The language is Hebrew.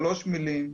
שלוש מילים.